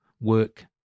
work